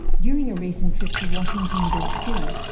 during a recent trip to washington, d. c,